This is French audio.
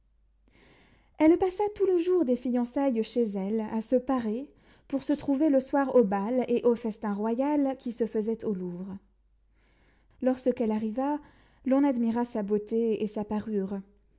elle passa tout le jour des fiançailles chez elle à se parer pour se trouver le soir au bal et au festin royal qui se faisaient au louvre lorsqu'elle arriva l'on admira sa beauté et sa parure